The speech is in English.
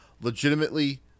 legitimately